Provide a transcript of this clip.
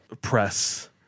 press